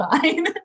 fine